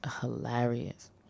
hilarious